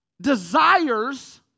Desires